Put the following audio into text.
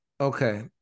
okay